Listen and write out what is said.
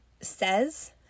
says